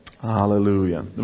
Hallelujah